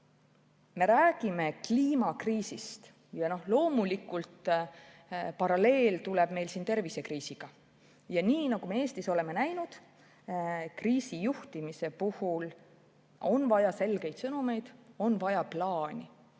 Me räägime kliimakriisist ja loomulikult tuleb paralleel meil siin tervisekriisiga. Nii nagu me Eestis oleme näinud, on kriisijuhtimise puhul vaja selgeid sõnumeid, on vaja plaani,